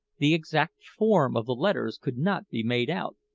the exact form of the letters could not be made out.